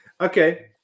Okay